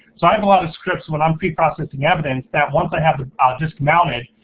so i have a lot of scripts when i'm pre-processing evidence that once i have them ah just mounted,